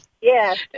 Yes